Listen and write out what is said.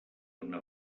una